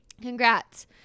congrats